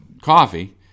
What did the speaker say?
coffee